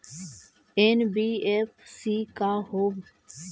NBFC का होब?